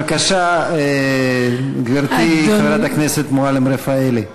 בבקשה, גברתי, חברת הכנסת מועלם-רפאלי.